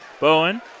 Bowen